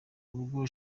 ubwo